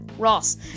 Ross